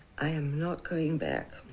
i am not going back.